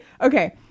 Okay